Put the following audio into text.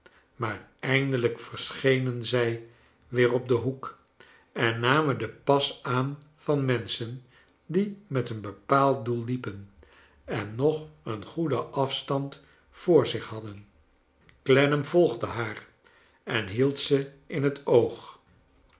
maar eindelijk verschenen zij weer op den hoek en namen den pas aan van menschen die met een bepaald doel liepen en nog een goeden afstand voor zich hadden clennam volgde haar en hield ze in het oog